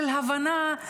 של הבנה,